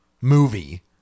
movie